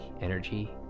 energy